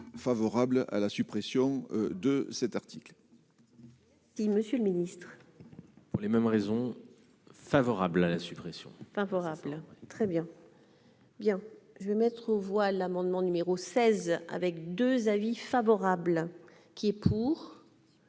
favorables à la suppression de cet article. I : Monsieur le Ministre, pour les mêmes raisons, favorable à la suppression favorable très bien. Bien, je vais mettre aux voix l'amendement numéro 16 avec 2 avis favorable qui est pour.